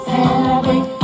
Celebrate